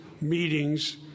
meetings